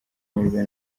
nibyo